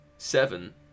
Seven